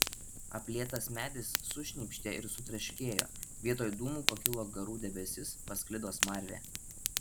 aplietas medis sušnypštė ir sutraškėjo vietoj dūmų pakilo garų debesis pasklido smarvė